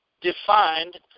defined